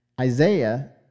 Isaiah